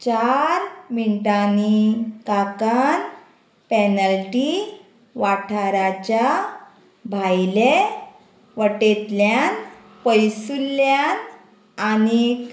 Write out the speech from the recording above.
चार मिनटांनी काकान पॅनल्टी वाठाराच्या भायले वटेंतल्यान पयसुल्ल्यान आनीक